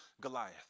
Goliath